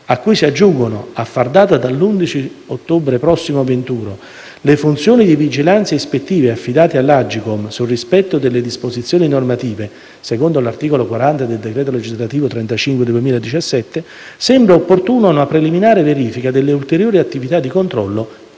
a cui si aggiungono, a far data dall'11 ottobre prossimo venturo, le funzioni di vigilanza e ispettive affidate all'Agcom sul rispetto delle disposizioni normative (articolo 40 del decreto legislativo n. 35 del 2017), sembra opportuna una preliminare verifica delle ulteriori attività di controllo